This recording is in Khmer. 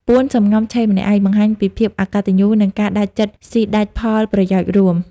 «ពួនសំងំឆីម្នាក់ឯង» បង្ហាញពីភាពអកតញ្ញូ និងការដាច់ចិត្តស៊ីដាច់ផលប្រយោជន៍រួម។